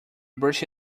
brushed